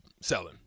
selling